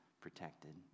protected